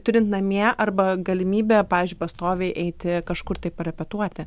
turint namie arba galimybę pavyzdžiui pastoviai eiti kažkur tai parepetuoti